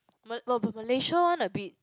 ma~ m~ m~ Malaysia one a bit